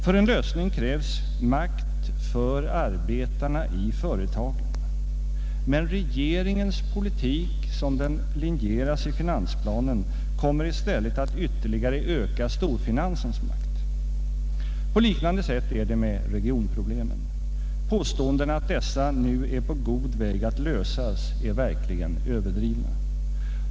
För en lösning krävs makt för arbetarna i företagen. Men regeringens politik, som den linjeras i finansplanen, kommer i stället att ytterligare öka storfinansens makt. På liknande sätt är det med regionproblemen. Påståendena att dessa nu är på god väg att lösas är verkligen överdrivna.